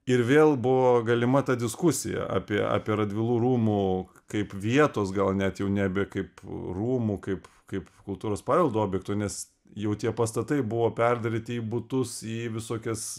ir vėl buvo galima ta diskusija apie apie radvilų rūmų kaip vietos gal net jau nebe kaip rūmų kaip kaip kultūros paveldo objekto nes jau tie pastatai buvo perdaryti į butus į visokias